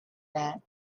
that